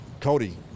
Cody